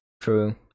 True